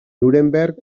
nuremberg